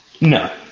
No